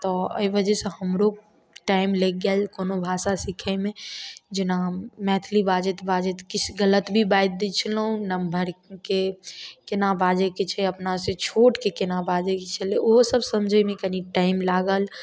तऽ एहि वजह से हमरो टाइम लागि गेल कोनो भाषा सीखैमे जेना हम मैथिली बाजैत बाजैत किछु गलत भी बाजि दै छलहुॅं नम्हरके केना बाजैके छै अपना से छोटके केना बाजैके छलै ओहो सभ समझैमे कनि टाइम लागल